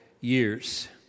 years